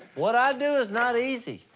what i do is not easy.